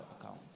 account